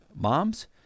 Moms